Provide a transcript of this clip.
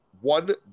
one